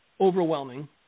overwhelming